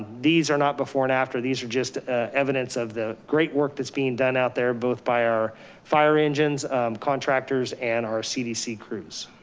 these are not before and after. these are just evidence of the great work that's being done out there both by our fire engines contractors and our cdc crews.